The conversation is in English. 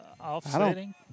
Offsetting